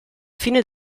fine